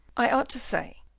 i ought to say,